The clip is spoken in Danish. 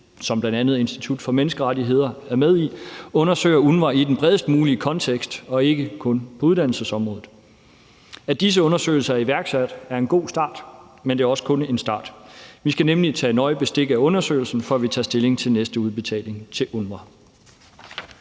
som bl.a. Institut for Menneskerettigheder er med i, undersøger UNRWA i den bredest mulige kontekst og ikke kun på uddannelsesområdet. At disse undersøgelser er iværksat, er en god start, men det er også kun start. Vi skal nemlig tage nøje bestik af undersøgelsen, før vi tager stilling til næste udbetaling til UNRWA.